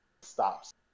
stops